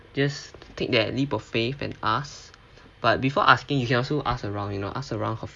just take that leap of faith and ask but before asking you can also ask around you know ask around her